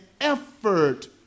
effort